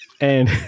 and-